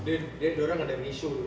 dia dia dorang ada ratio dia